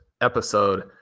episode